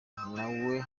nawe